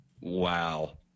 Wow